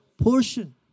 portion